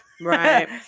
Right